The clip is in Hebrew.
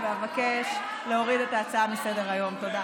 הטופס הזה הפך להיות קורבן במסע חשוך,